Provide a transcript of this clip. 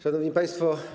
Szanowni Państwo!